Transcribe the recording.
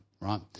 right